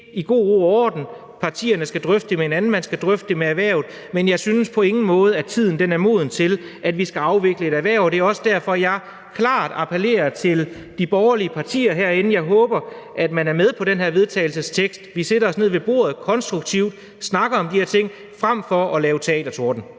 i god ro og orden, partierne skal drøfte det med hinanden, og man skal drøfte det med erhvervet. Men jeg synes på ingen måde, at tiden er moden til, at vi skal afvikle et erhverv, og det er også derfor, at jeg klart appellerer til de borgerlige partier herinde. Jeg håber, at man er med på det her forslag til vedtagelse, og at vi sætter os ned ved bordet og konstruktivt snakker om de her ting, frem for at lave teatertorden.